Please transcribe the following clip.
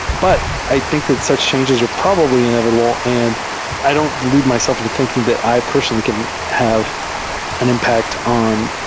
but i think that such changes are probably inevitable, and i don't delude myself to thinking that i personally can have an impact on